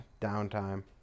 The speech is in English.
downtime